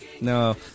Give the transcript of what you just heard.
No